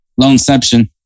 Loanception